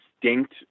distinct